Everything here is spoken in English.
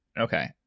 Okay